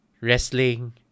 wrestling